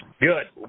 good